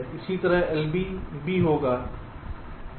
इसी तरह LB B होगा 1 पर